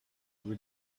vous